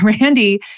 Randy